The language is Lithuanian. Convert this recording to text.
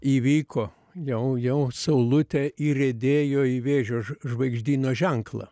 įvyko jau jau saulutė įriedėjo į vėžio žvaigždyno ženklą